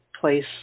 place